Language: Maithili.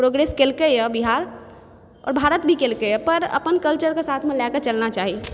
प्रोग्रेस केलकैेए बिहार आओर भारत भी केलकैए पर अपन कल्चरके साथमे लए कऽ चलना चाही